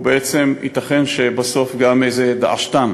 ובעצם, ייתכן שבסוף גם איזה "דאעשטן".